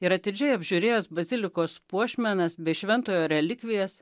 ir atidžiai apžiūrėjęs bazilikos puošmenas bei šventojo relikvijas